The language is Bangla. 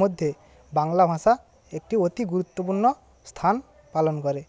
মধ্যে বাংলা ভাষা একটি অতি গুরুত্বপূর্ণ স্থান পালন করে